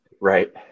Right